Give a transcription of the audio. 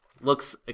looks